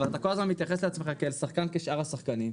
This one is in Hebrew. אבל אתה כל הזמן מתייחס אל עצמך כאל שחקן כשאר השחקנים.